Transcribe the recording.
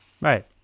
Right